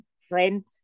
friend